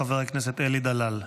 חבר הכנסת אלי דלל.